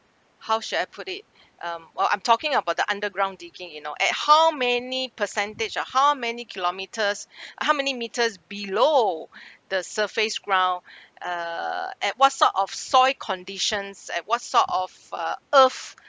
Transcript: how should I put it um well I'm talking about the underground digging you know at how many percentage or how many kilometers how many meters below the surface ground uh at what sort of soil conditions at what sort of uh earth